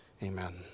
amen